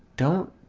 don't